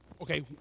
Okay